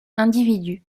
individus